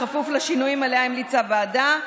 בכפוף לשינויים שעליהם המליצה הוועדה.